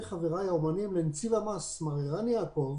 חבריי האומנים לנציב המס מר ערן יעקב